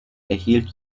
erhielt